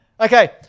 okay